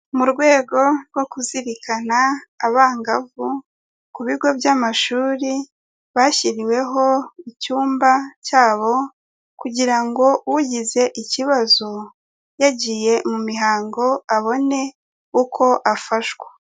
Mu rwego rwo kuzirikana abangavu ku bigo by'amashuri bashyiriweho icyumba cyabo kugira ngo ugize ikibazo yagiye mu mihango abone uko afashwa.